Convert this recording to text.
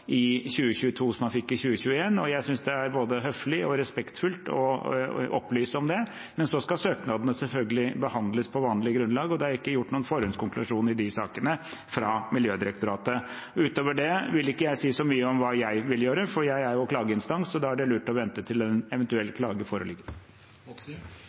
i 2022 som man fikk i 2021, og jeg syns det er både høflig og respektfullt å opplyse om det. Så skal selvfølgelig søknadene behandles på vanlig grunnlag, og det er ikke gjort noen forhåndskonklusjon i de sakene fra Miljødirektoratet. Utover det vil jeg ikke si så mye om hva jeg vil gjøre, for jeg er jo klageinstans, og da er det lurt å vente til en eventuell